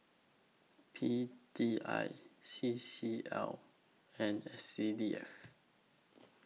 P D I C C L and S C D F